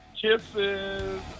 Kisses